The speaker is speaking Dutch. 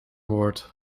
woord